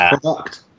product